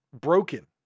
broken